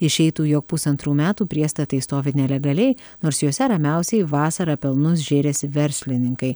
išeitų jog pusantrų metų priestatai stovi nelegaliai nors juose ramiausiai vasarą pelnus žėrėsi verslininkai